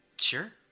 sure